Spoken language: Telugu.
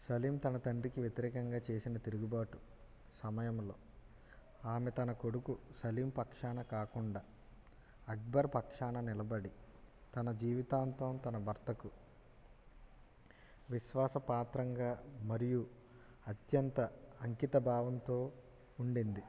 సలీం తన తండ్రికి వ్యతిరేకంగా చేసిన తిరుగుబాటు సమయంలో ఆమె తన కొడుకు సలీం పక్షాన కాకుండా అక్బర్ పక్షాన నిలబడి తన జీవితాంతం తన భర్తకు విశ్వాసపాత్రంగా మరియు అత్యంత అంకితభావంతో ఉంది